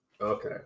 Okay